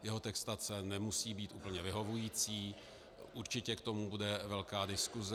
Jeho textace nemusí být úplně vyhovující, určitě k tomu bude velká diskuse.